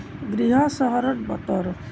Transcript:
গৃহ চহৰত বতৰ